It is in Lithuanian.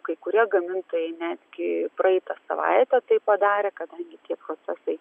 kai kurie gamintojai netgi praeitą savaitę tai padarė kadangi tie procesai